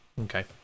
Okay